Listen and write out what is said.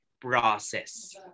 process